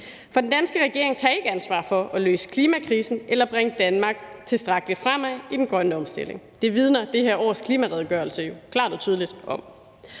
for den danske regering tager ikke ansvar for at løse klimakrisen eller bringe Danmark tilstrækkeligt fremad i den grønne omstilling. Det vidner det her års klimaredegørelse jo klart og tydeligt om.